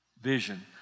vision